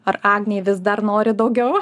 ar agnei vis dar nori daugiau